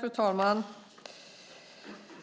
Fru talman!